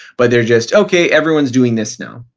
but they're just okay, everyone's doing this now.